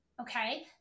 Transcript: okay